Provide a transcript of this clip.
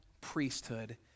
priesthood